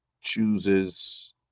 chooses